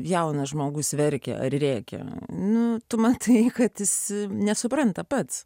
jaunas žmogus verkia ar rėkia nu tu matai kad jis nesupranta pats